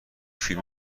فیلم